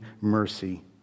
mercy